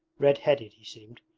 red-headed he seemed.